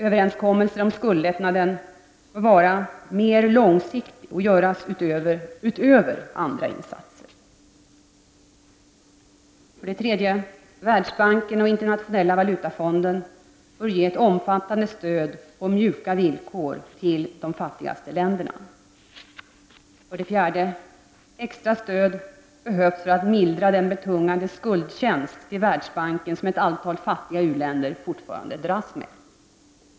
Överenskommelserna om skuldlättnaden bör vara mer långsiktiga och göras utöver andra insatser. 3. Världsbanken och Internationella valutafonden bör ge ett omfattande stöd på mjuka villkor till de fattigaste länderna. 4. Extra stöd behövs för att mildra den betungande skuld till Världsbanken som ett antal fattiga u-länder fortfarande dras med.